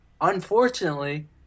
unfortunately